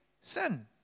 sin